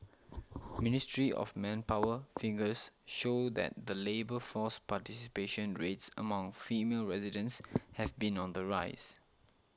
ministry of Manpower figures show that the labour force participation rates among female residents have been on the rise